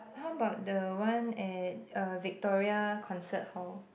how about the one at uh Victoria Concert Hall